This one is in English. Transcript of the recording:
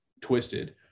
twisted